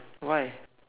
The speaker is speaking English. why